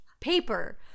paper